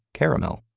caramel.